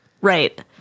Right